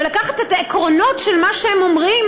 ולקחת את העקרונות של מה שהם אומרים